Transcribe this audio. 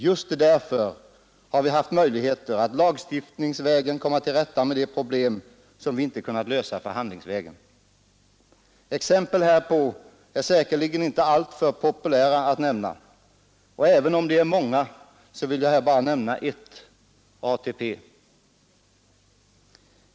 Just därför har vi haft möjligheter att lagstiftningsvägen komma till rätta med de problem som vi inte kunnat lösa förhandlingsvägen. Exempel härpå är säkerligen inte alltför populära att peka på, och även om de är många vill jag här bara nämna ett: ATP.